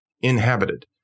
inhabited